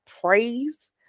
praise